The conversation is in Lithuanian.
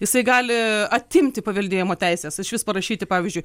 jisai gali atimti paveldėjimo teises išvis parašyti pavyzdžiui